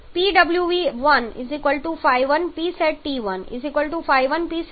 તેથી સ્થિતિ 1 પર પાણીની વરાળ માટેના આંશિક પ્રેશરની ગણતરી કરી શકાય છે Pwv1 φ1Psat 0